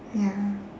ya